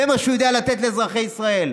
זה מה שהוא יודע לתת לאזרחי ישראל.